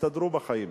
שיסתדרו בחיים.